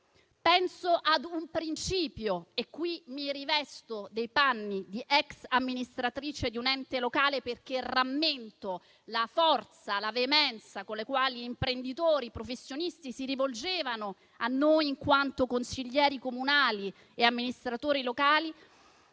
professionista - e qui mi rivesto dei panni di ex amministratrice di un ente locale, perché rammento la forza e la veemenza con le quali imprenditori e professionisti si rivolgevano a noi in quanto consiglieri comunali e amministratori locali